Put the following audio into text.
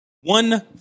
one